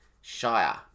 Shire